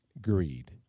greed